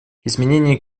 изменение